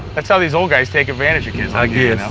that's how these old guys take advantage of kids i guess.